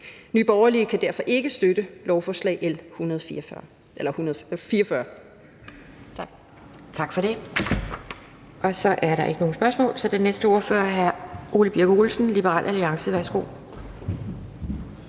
Nye Borgerlige kan derfor ikke støtte lovforslag nr.